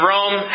Rome